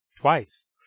twice